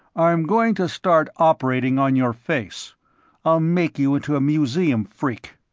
i'm going to start operating on your face. i'll make you into a museum freak.